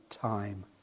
time